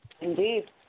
Indeed